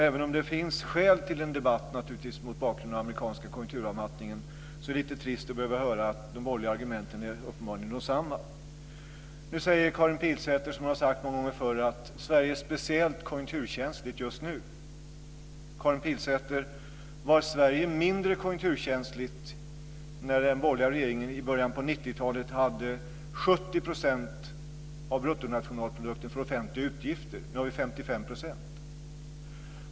Även om det naturligtvis finns skäl till en debatt mot bakgrund av den amerikanska konjunkturavmattningen, är det lite trist att behöva höra att de borgerliga argumenten uppenbarligen är desamma. Nu säger Karin Pilsäter, precis som hon har sagt många gånger förr, att Sverige är speciellt konjunkturkänsligt just nu. Var Sverige mindre konjunkturkänsligt när den borgerliga regeringen i början på 90 talet hade 70 % av bruttonationalprodukten för offentliga utgifter, Karin Pilsäter? Nu har vi 55 %.